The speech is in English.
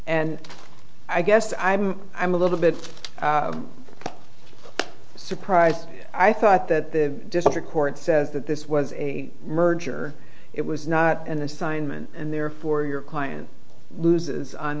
and i guess i'm i'm a little bit surprised i thought that the district court says that this was a merger it was not an assignment and therefore your client loses on